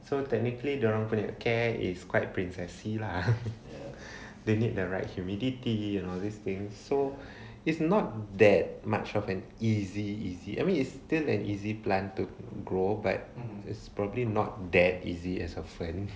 so technically dia orang punya care is quite princess lah they need the right humidity so it's not that much of an easy easy I mean it's still an easy plant to grow but it's probably not that easy as a fern